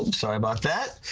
um sorry about that.